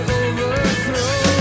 overthrow